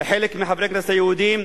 חלק מחברי הכנסת היהודים,